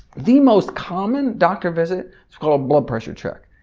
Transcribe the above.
the most common doctor visit is called blood pressure check,